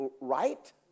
right